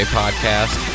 podcast